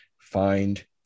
find